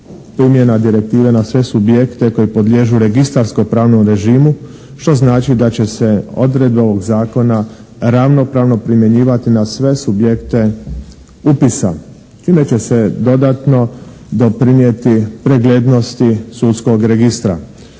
primjena direktive na sve subjekte koji podliježu registarskom pravnom režimu što znači da će se odredbe ovog zakona ravnopravno primjenjivati na sve subjekte upisa čime će se dodatno doprinijeti preglednosti sudskog registra.